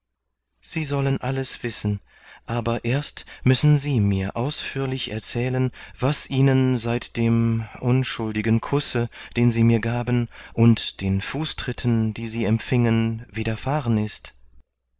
sie sollen alles wissen aber erst müssen sie mir ausführlich erzählen was ihnen seit dem unschuldigen kusse den sie mir gaben und den fußtritten die sie empfingen widerfahren ist